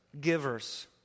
givers